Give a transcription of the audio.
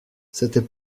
c’était